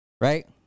Right